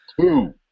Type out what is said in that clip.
Two